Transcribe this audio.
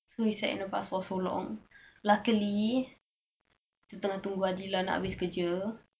so we sat in the bus for so long luckily kita kena tunggu adhilah nak habis kerja